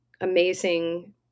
amazing